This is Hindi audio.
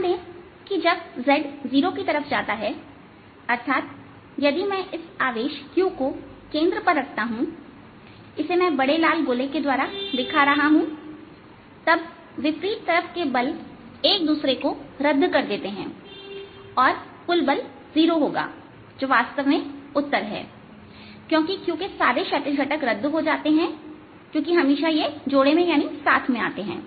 ध्यान दें कि जब z0 की तरफ जाता है अर्थात यदि मैं इस आवेश Q को केंद्र पर रखता हूं इसे मैं बड़े लाल गोले के द्वारा दिखा रहा हूं तब विपरीत तरफ के बल एक दूसरे को रद्द कर देते हैं और कुल बल 0 होगा जो वास्तव में उत्तर है क्योंकि Q के सारे क्षैतिज घटक रद्द हो जाते हैं क्योंकि वे जोड़े में आते हैं